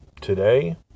today